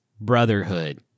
brotherhood